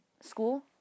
school